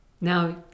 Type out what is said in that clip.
now